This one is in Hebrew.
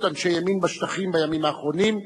אנשי ימין בשטחים בימים האחרונים,